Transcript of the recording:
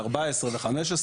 ל-14 ו-15,